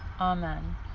Amen